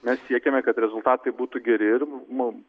mes siekiame kad rezultatai būtų geri ir mum